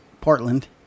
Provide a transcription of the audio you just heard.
Portland